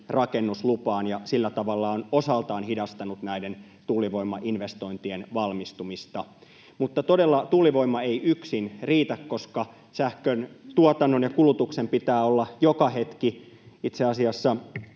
rakennuslupaan ja sillä tavalla on osaltaan hidastanut näiden tuulivoimainvestointien valmistumista. Mutta todella tuulivoima ei yksin riitä, koska sähkön tuotannon ja kulutuksen pitää olla joka hetki, itse asiassa